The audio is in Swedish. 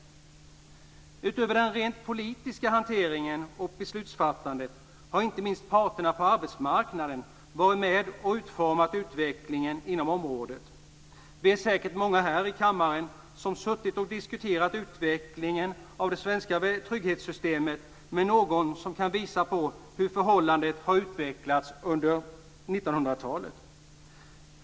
Utöver den rent politiska hanteringen och beslutsfattandet har inte minst parterna på arbetsmarknaden varit med och format utvecklingen inom området. Vi är säkert många i denna kammare som suttit och diskuterat utvecklingen av det svenska trygghetssystemet med någon som kan visa på hur förhållandena har utvecklats under 1900-talet.